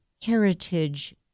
heritage